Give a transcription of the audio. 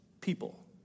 people